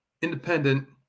independent